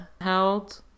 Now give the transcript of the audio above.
held